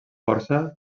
força